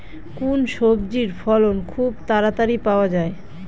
কোন সবজির ফলন খুব তাড়াতাড়ি পাওয়া যায়?